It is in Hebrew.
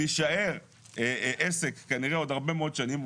יישאר עסק כנראה עוד הרבה מאוד שנים.